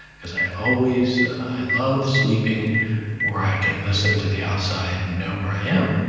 because i always i love sleeping where i can listen to the outside and know where i am.